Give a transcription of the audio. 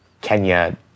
Kenya